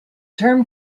term